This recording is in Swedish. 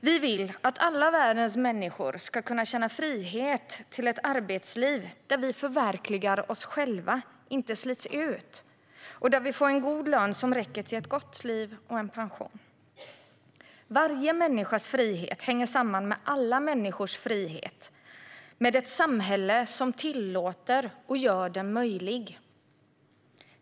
Vi vill att alla världens människor ska kunna känna frihet till ett arbetsliv där vi förverkligar oss själva, inte slits ut, och där vi får en god lön som räcker till ett gott liv och pension. Varje människas frihet hänger samman med alla människors frihet, med ett samhälle som tillåter och gör den möjlig.